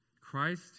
Christ